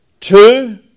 Two